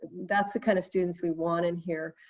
that's the kind of students we want in here,